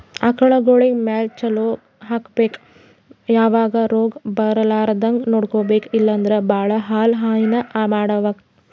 ಆಕಳಗೊಳಿಗ್ ಮೇವ್ ಚಲೋ ಹಾಕ್ಬೇಕ್ ಯಾವದೇ ರೋಗ್ ಬರಲಾರದಂಗ್ ನೋಡ್ಕೊಬೆಕ್ ಇಲ್ಲಂದ್ರ ಭಾಳ ಹಾಲ್ ಹೈನಾ ಮಾಡಕ್ಕಾಗಲ್